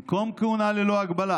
במקום כהונה ללא הגבלה